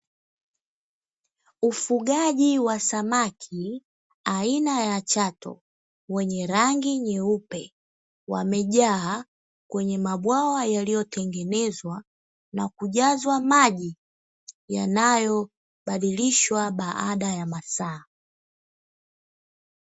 Ufugaji wa samaki aina ya Chato wenye rangi nyeupe, wamejaa kwenye mabwawa yaliyotengenezwa na kujazwa maji yanayobadilishwa baada ya masaa.